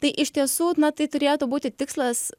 tai iš tiesų na tai turėtų būti tikslas